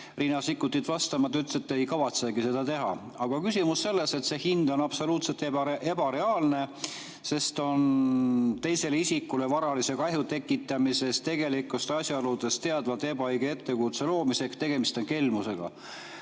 Riina Sikkutit vastama. Te ütlesite, et te ei kavatsegi seda teha. Aga küsimus on selles, et see hind on absoluutselt ebareaalne, tegemist on teisele isikule varalise kahju tekitamisega tegelikest asjaoludest teadvalt ebaõige ettekujutuse loomise teel ehk tegemist on kelmusega.